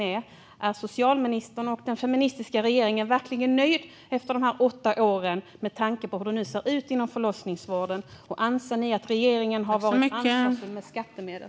Är socialministern och den feministiska regeringen verkligen nöjda efter dessa åtta år med tanke på hur det ser ut inom förlossningsvården? Anser ni att regeringen har varit ansvarsfull med skattemedel?